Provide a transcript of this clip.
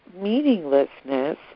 meaninglessness